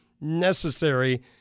necessary